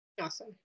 awesome